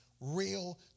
real